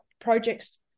projects